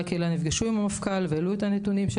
חברי הקהילה נפגשו עם המפכ"ל והעלו את הנתונים של